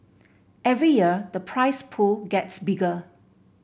every year the prize pool gets bigger